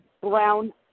brown